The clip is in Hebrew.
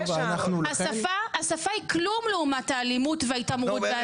השפה היא כלום לעומת האלימות וההתעמרות באנשים.